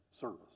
service